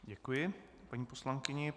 Děkuji paní poslankyni.